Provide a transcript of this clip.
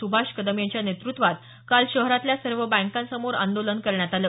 सुभाष कदम यांच्या नेतृत्वात काल शहरातल्या सर्व बँकांसमोर आंदोलन करण्यात आलं